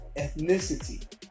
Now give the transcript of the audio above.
ethnicity